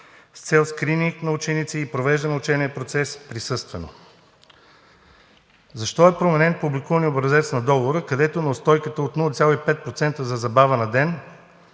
с цел скрининг на ученици и провеждане на учебния процес присъствено. Защо е променен публикуваният образец на договор, където неустойката е от 0,5% за забава на ден,